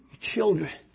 children